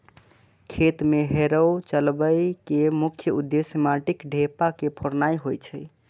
खेत मे हैरो चलबै के मुख्य उद्देश्य माटिक ढेपा के फोड़नाय होइ छै